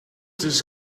this